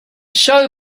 show